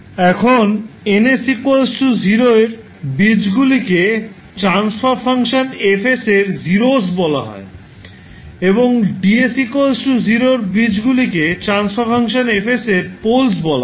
এখন N 0 এর বীজগুলিকে ট্রান্সফার ফাংশন F এর জিরোস' বলা হয় এবং D 0 এর বীজগুলিকে ট্রান্সফার ফাংশন F এর পোলস' বলা হয়